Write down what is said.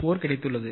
964 கிடைத்துள்ளது